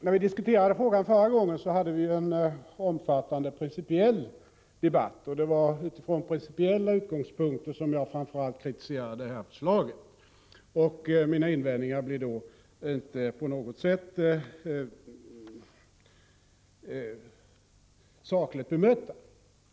När vi förra gången diskuterade denna fråga förde vi en omfattande principiell debatt, och det var framför allt från principiella utgångspunkter som jag kritiserade förslaget. Mina invändningar blev därför inte på något sätt sakligt bemötta.